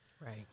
right